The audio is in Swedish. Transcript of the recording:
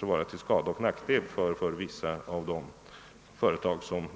vara till skada och nackdel för vissa av företagen.